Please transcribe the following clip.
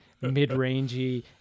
mid-rangey